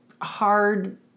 hard